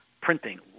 printing